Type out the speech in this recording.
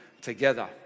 together